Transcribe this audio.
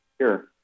Sure